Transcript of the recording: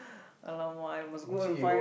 !Alamak! I must go and find